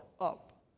up